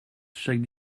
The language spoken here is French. chaque